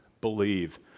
believe